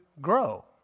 grow